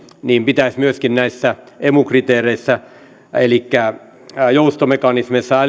niin pitäisi myöskin näissä emu kriteereissä elikkä joustomekanismeissa